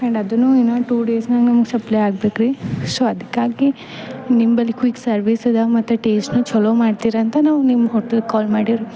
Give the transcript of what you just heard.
and ಅದು ಇನ್ನೊಂದು two ಡೇಸ್ನಾಗ ನಮ್ಗೆ ಸಪ್ಲೈ ಆಗಬೇಕ್ರಿ ಸೊ ಅದಕ್ಕಾಗಿ ನಿಂಬಲ್ಲಿ ಕ್ವಿಕ್ ಸರ್ವಿಸ್ ಅದ ಮತ್ತು ಟೆಸ್ಟನು ಛಲೋ ಮಾಡ್ತೀರಿ ಅಂತ ನಾವು ನಿಮ್ಮ ಹೋಟೆಲ್ಗೆ ಕಾಲ್ ಮಾಡೀವ್ರಿ